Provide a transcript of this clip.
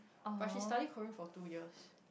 but she study Korean for two years